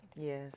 yes